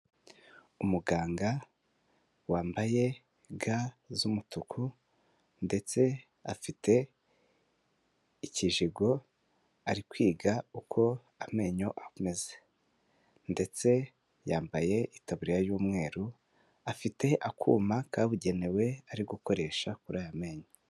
Umuganga wambaye ga z'umutuku ndetse afite ikijigo ari kwiga uko amenyo ameze ndetse yambaye itaburiya y'umweru, afite akuma kabugenewe ari gukoresha kuri aya menyo.